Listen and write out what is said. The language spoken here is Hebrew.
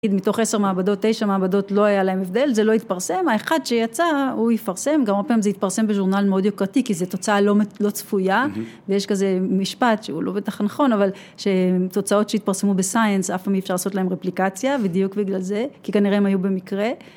מתוך עשר מעבדות, תשע מעבדות, לא היה להם הבדל, זה לא התפרסם, האחד שיצא הוא יפרסם, גם הפעם זה התפרסם בז'ורנל מאוד יוקרתי, כי זו תוצאה לא צפויה, ויש כזה משפט, שהוא לא בטח נכון, אבל תוצאות שהתפרסמו בסיינס, אף פעם אי אפשר לעשות להם רפליקציה, בדיוק בגלל זה, כי כנראה הם היו במקרה.